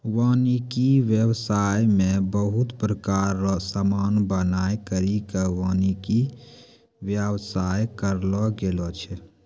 वानिकी व्याबसाय मे बहुत प्रकार रो समान बनाय करि के वानिकी व्याबसाय करलो गेलो छै